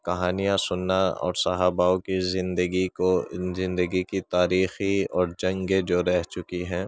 كہانیاں سننا اور صحاباؤں كی زندگی كو زندگی كی تاریخی اور جنگیں جو رہ چکی ہیں